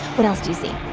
but else do you see?